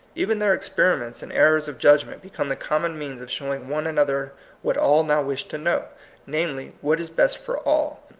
even their experiments and errors of judgment become the common means of showing one another what all now wish to know namely, what is best for all.